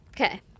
Okay